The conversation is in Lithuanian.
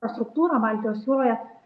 struktūra baltijos jūroje